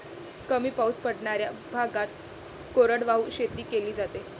कमी पाऊस पडणाऱ्या भागात कोरडवाहू शेती केली जाते